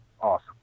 awesome